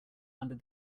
under